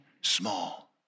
small